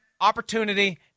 opportunity